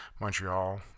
Montreal